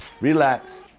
relax